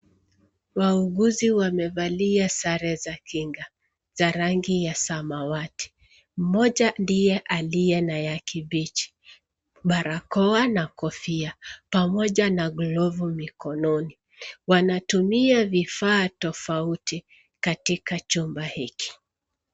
Wauguzi wamevalia sare za kinga za rangi ya samawati. Mmoja ndiye aliye na ya kibichi, barakoa na kofia pamoja na glovu mikononi. Wanatumia vifaa tofauti katika chumba hiki.